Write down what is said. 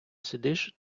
сидиш